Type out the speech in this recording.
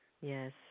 Yes